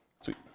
Sweet